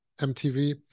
MTV